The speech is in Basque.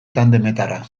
tandemetara